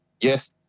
yes